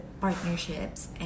partnerships